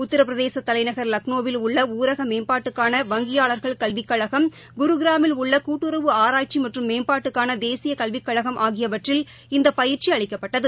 உத்திரபிரதேச தலைநகர் லக்னோவில் உள்ள ஊரக மேம்பாட்டுக்கான வங்கியாளர்கள் கல்விக்கழகம் குருகிராமில் உள்ள கூட்டுறவு ஆராய்ச்சி மற்றும் மேம்பாட்டுக்கான தேசிய கல்விக்கழகம் ஆகியவற்றில் இந்த பயிற்சி அளிக்கப்பட்டது